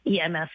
EMS